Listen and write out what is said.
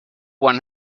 one